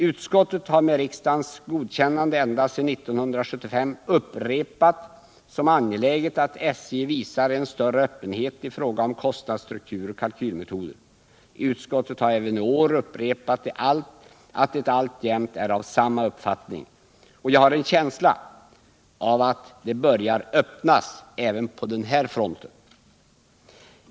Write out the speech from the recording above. Utskottet har med riksdagens godkännande ända sedan 1975 upprepat som angeläget att SJ visar större öppenhet i fråga om kostnadsstruktur och kalkylmetoder. Utskottet har även i år upprepat att det alltjämt är av samma uppfattning. Jag har en känsla av att det börjar öppnas även på den här fronten.